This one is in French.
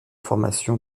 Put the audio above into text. formation